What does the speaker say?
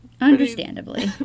Understandably